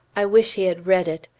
i wish he had read it!